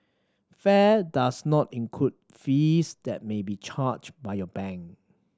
fare does not include fees that may be charged by your bank